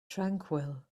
tranquil